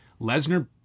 Lesnar